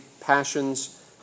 passions